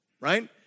Right